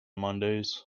mondays